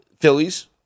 Phillies